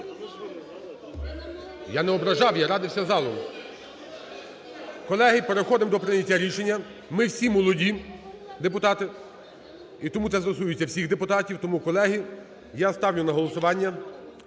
Я не ображав, я радився з залом. Колеги, переходимо до прийняття рішення. Ми всі молоді депутати, і тому це стосується всіх депутатів. Тому, колеги, я ставлю на голосування